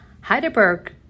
Heidelberg